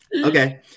Okay